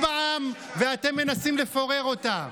מה זאת הצביעות הזאת?